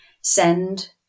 send